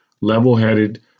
level-headed